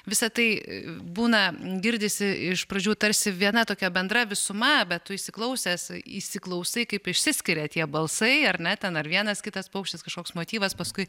visa tai būna girdisi iš pradžių tarsi viena tokia bendra visuma bet tu įsiklausęs įsiklausai kaip išsiskiria tie balsai ar ne ten ar vienas kitas paukštis kažkoks motyvas paskui